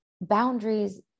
boundaries